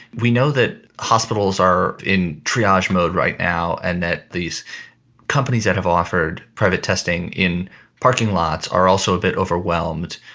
we know that hospitals are in triage mode right now and that these companies that have offered private testing in parking lots are also a bit overwhelmed.